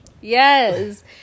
Yes